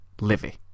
Livy